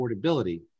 affordability